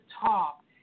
top